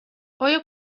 آیا